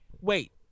wait